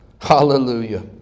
Hallelujah